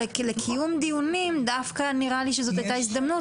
אבל לקיום דיונים דווקא נראה לי שזו הייתה הזדמנות